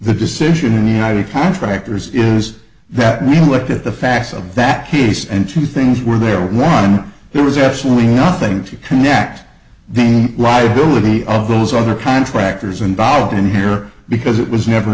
the decision in the united contractors is that we looked at the facts of that case and two things were there one there was absolutely nothing to connect the name liability of those other contractors involved in here because it was never